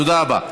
תודה רבה,